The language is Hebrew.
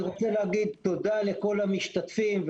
אני רוצה להגיד תודה לכל המשתתפים,